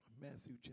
Matthew